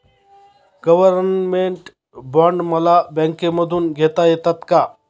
Government bond मला बँकेमधून घेता येतात का?